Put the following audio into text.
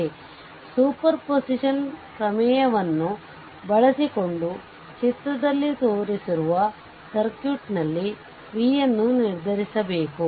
ಆದ್ದರಿಂದ ಸೂಪರ್ಪೋಸಿಷನ್ ಪ್ರಮೇಯವನ್ನು ಬಳಸಿಕೊಂಡು ಚಿತ್ರದಲ್ಲಿ ತೋರಿಸಿರುವ ಸರ್ಕ್ಯೂಟ್ನಲ್ಲಿ v ಅನ್ನು ನಿರ್ಧರಿಸಬೇಕು